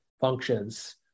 functions